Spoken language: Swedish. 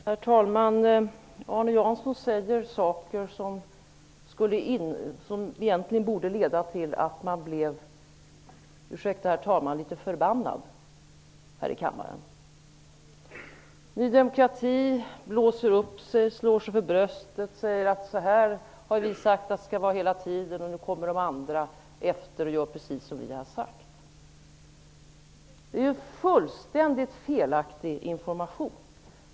Herr talman! Arne Jansson säger saker som egentligen borde leda till att jag blir -- ursäkta, herr talman -- förbannad här i kammaren. Ny demokrati blåser upp sig, slår sig för bröstet och säger att de har sagt detta hela tiden och nu kommer andra efter och gör precis som de har sagt. Det är fullständigt felaktig information!